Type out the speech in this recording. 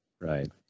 Right